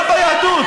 גם ביהדות.